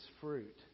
fruit